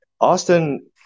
Austin